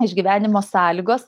išgyvenimo sąlygos